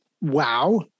wow